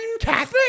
Catholic